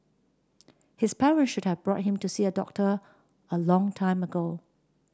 his parents should have brought him to see a doctor a long time ago